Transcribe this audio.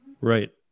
Right